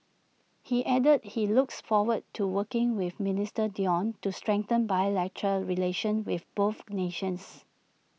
he added that he looks forward to working with minister Dion to strengthen bilateral relations between both nations